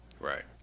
Right